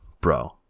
bro